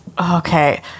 Okay